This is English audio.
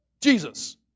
Jesus